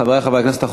חברי חברי הכנסת,